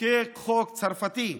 לחוקק חוק צרפתי,